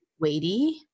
weighty